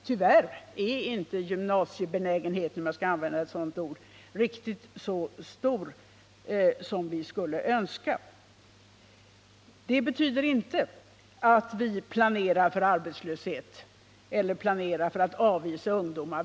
Tyvärr är inte gymnasiebenägenheten — om jag skall använda ett sådant ord — riktigt så stor som vi skulle önska. Detta betyder inte att vi planerar för arbetslöshet eller för att avvisa ungdomar.